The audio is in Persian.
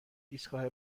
ایستگاه